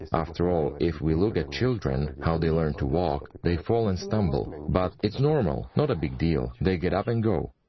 after all, if we look at children, how they learn to walk, they fall and stumble, but it's normal, not a big deal, they get up and go.